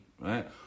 right